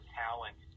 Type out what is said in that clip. talent